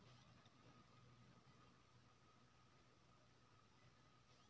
अपन इक्षा सँ आय केर खुलासा योजन भारत सरकारक योजना छै